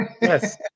Yes